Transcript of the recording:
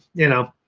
you know,